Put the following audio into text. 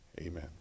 amen